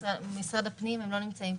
משרד הפנים לא נמצא כאן.